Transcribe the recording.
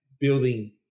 building